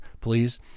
please